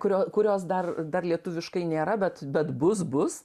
kurio kurios dar dar lietuviškai nėra bet bet bus bus